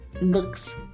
looks